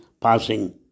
passing